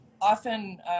often